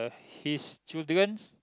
his children